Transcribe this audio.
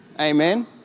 Amen